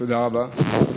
תודה רבה.